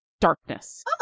darkness